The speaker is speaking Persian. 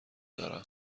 دارم